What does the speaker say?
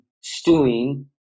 stewing